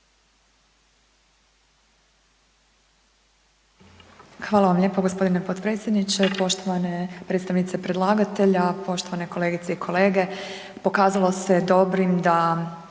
Hvala vam lijepo g. potpredsjedniče, poštovane predstavnice predlagatelja, poštovane kolegice i kolege. Pokazalo se dobrim da